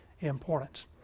importance